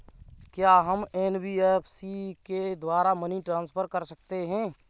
क्या हम एन.बी.एफ.सी के द्वारा मनी ट्रांसफर कर सकते हैं?